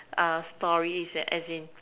sorry that as in